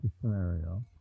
scenario